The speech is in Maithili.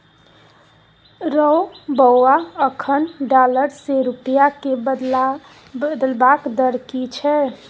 रौ बौआ अखन डॉलर सँ रूपिया केँ बदलबाक दर की छै?